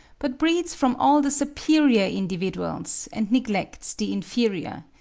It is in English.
but breeds from all the superior individuals, and neglects the inferior.